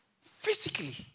physically